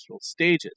stages